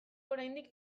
oraindik